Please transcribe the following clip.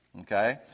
okay